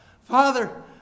Father